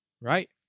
Right